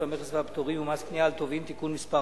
המכס והפטורים ומס קנייה על טובין (תיקון מס'